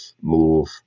move